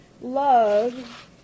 love